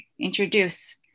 introduce